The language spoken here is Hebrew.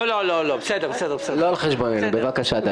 לא על חשבוננו, בבקשה.